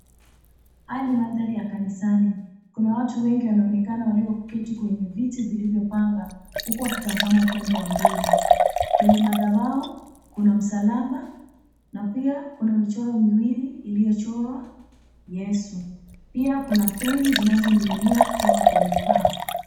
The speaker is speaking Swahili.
Haya ni madhari ya kanisani. Kuna watu wengi wanaonekana walioketi kwenye viti vilivyopangwa huku wakitazama upande wa mbele. Kwenye madhabahu kuna msalaba na pia kuna michoro miwili iliyochorwa Yesu. Pia kuna feni zinazoning'inia kutoka kwenye paa.